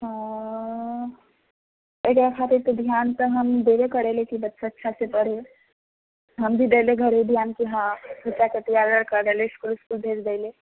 एकरा खातिर तऽ ध्यान तऽ हम देबै करै लैत छी जे बच्चा अच्छासँ पढ़य हमहूँ देले धरे ध्यान कि हँ बच्चाके इसकुल भेज दै लेल